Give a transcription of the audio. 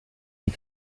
die